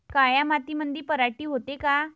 काळ्या मातीमंदी पराटी होते का?